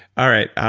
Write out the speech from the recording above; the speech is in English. all right,